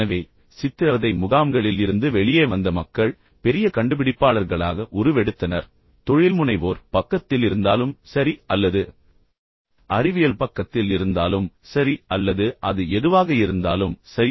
எனவே சித்திரவதை முகாம்களில் இருந்து வெளியே வந்த மக்கள் பெரிய கண்டுபிடிப்பாளர்களாக உருவெடுத்தனர் தொழில்முனைவோர் பக்கத்தில் இருந்தாலும் சரி அல்லது அறிவியல் பக்கத்தில் இருந்தாலும் சரி அல்லது அது எதுவாக இருந்தாலும் சரி